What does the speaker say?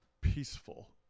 Peaceful